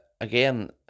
again